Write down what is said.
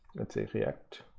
let's say react,